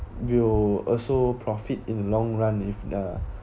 will also profit in long run if the